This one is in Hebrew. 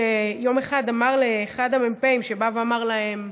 שיום אחד אמר למ"פ שבא ואומר להם,